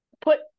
put